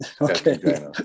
Okay